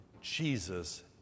Jesus